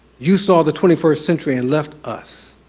you saw the twenty first century and left us.